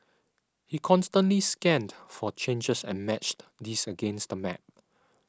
he constantly scanned for changes and matched these against the map